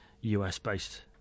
US-based